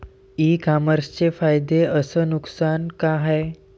इ कामर्सचे फायदे अस नुकसान का हाये